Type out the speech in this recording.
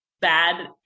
bad